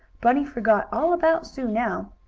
bunny forgot all about sue now.